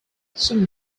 some